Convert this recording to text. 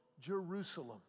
Jerusalem